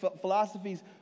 philosophies